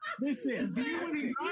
listen